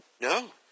No